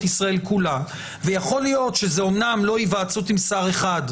ישראל כולה; ויכול להיות שזאת אמנם לא היוועצות עם שר אחד,